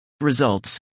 Results